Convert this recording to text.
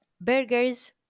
burgers